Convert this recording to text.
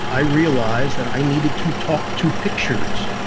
i realized that i needed to talk to pictures.